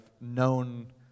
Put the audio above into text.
known